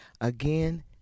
Again